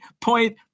point